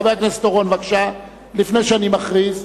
חבר הכנסת אורון, בבקשה, לפני שאני מכריז.